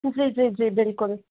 जी जी जी बिल्कुलु